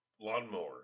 Lawnmower